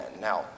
Now